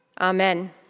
Amen